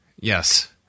Yes